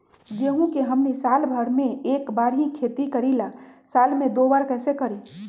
गेंहू के हमनी साल भर मे एक बार ही खेती करीला साल में दो बार कैसे करी?